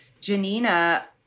Janina